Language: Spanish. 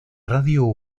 radio